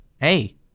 Hey